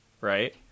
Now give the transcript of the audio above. Right